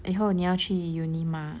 以后你要去 uni mah